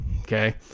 okay